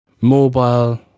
mobile